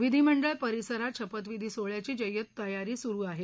विधिमंडळ परिसरांत शपथविधी सोहळ्याची जय्यत तयारी सुरू आहे